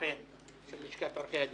והקמפיין של לשכת עורכי הדין.